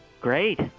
Great